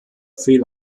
fehl